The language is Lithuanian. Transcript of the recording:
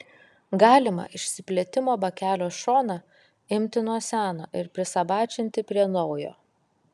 galima išsiplėtimo bakelio šoną imti nuo seno ir prisabačinti prie naujo